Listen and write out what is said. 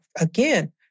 again